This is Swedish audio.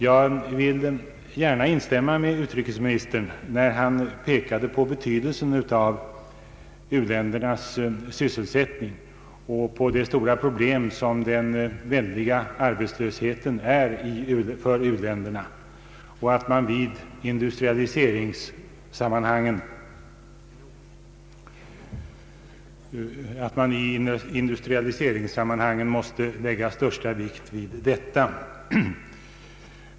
Jag vill gärna instämma med utrikesministern när han påpekar betydelsen av u-ländernas sysselsättning och de stora problem som den väldiga arbetslösheten utgör för dessa länder och när han säger att man i industrialiseringssammanhang måste lägga största vikt vid detta.